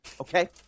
okay